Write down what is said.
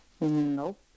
Nope